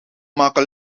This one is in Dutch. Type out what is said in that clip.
maken